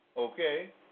Okay